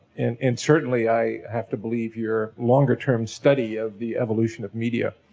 and, and certainly i have to believe your longer term study of the evolution of media,